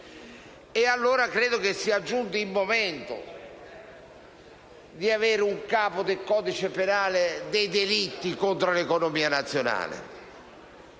nazionale. Credo sia giunto il momento di avere un Capo del codice penale dedicato ai delitti contro l'economia nazionale.